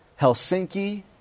Helsinki